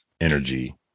energy